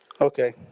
okay